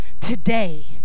today